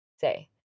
Say